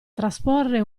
trasporre